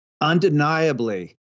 undeniably